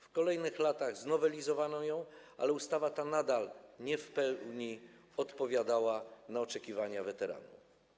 W kolejnych latach znowelizowano ją, ale ustawa ta nadal nie w pełni odpowiadała na oczekiwania weteranów.